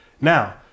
Now